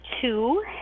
two